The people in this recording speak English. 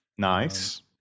Nice